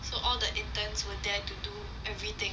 so all the interns were there to do everything